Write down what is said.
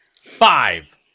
five